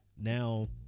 now